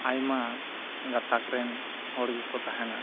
ᱟᱭᱢᱟ ᱜᱟᱛᱟᱠ ᱨᱮᱱ ᱦᱚᱲ ᱜᱮᱠᱚ ᱛᱟᱦᱮᱱᱟ